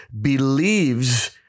believes